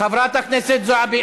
חברת הכנסת זועבי.